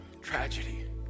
tragedy